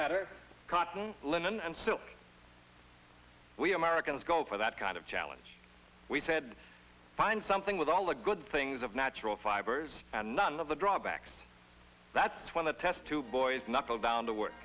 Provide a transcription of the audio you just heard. matter cotton linen and silk we americans go for that kind of challenge we said find something with all the good things of natural fibers and none of the drawbacks that's when the test two boys knuckle down to work